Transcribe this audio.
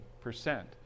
percent